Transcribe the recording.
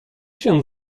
się